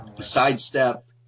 sidestep